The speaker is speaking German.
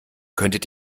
könntet